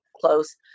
close